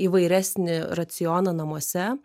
įvairesnį racioną namuose